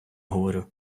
говорю